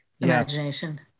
imagination